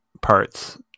parts